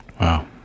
Wow